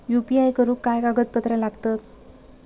UPI करुक काय कागदपत्रा लागतत?